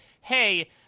hey